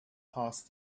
passed